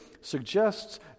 suggests